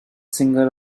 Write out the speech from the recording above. singer